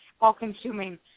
all-consuming